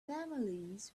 families